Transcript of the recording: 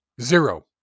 Zero